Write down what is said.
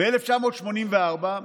ב-1984.